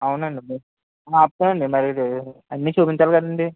అవునండి బస్ ఆపుతామండి భలేవారు అన్నీ చూపించాలి కదండి